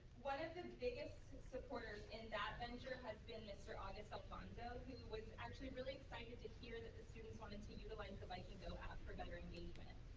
one of the biggest supporters in that venture has been mr. august alfonso, who was actually really excited to hear that the students wanted to utilize the vikinggo app for better engagement.